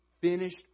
finished